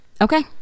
Okay